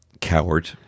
Coward